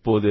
இப்போது